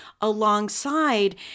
alongside